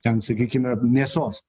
ten sakykime mėsos